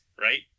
right